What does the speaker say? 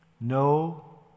No